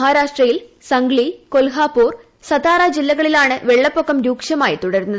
മഹാരാഷ്ട്രയിൽ സംഗ്ലി കൊൽഹാപൂർ സതാറ ജില്ലകളിലാണ് വെള്ളപ്പൊക്കം രൂക്ഷമായി തുടരുന്നത്